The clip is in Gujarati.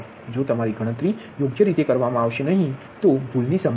જો તમારી ગણતરી યોગ્ય રીતે કરવામાં આવશે નહી તો ભૂલની સંભાવના છે